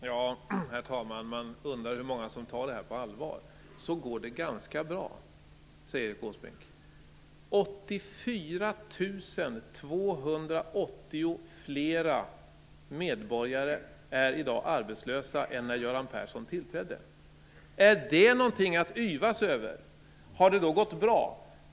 Herr talman! Man undrar hur många som tar det här på allvar. Erik Åsbrink säger att det går ganska bra. 84 280 fler medborgare är i dag arbetslösa än när Göran Persson tillträdde. Är det någonting att yvas över? Har det då gått bra?